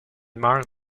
meurt